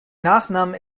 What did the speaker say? nachname